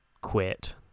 quit